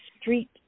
street